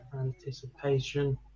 anticipation